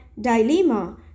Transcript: dilemma